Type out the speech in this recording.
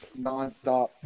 nonstop